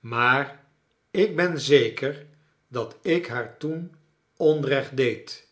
maar ik ben zeker dat ik haar toen onrecht deed